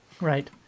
Right